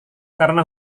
karena